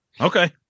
Okay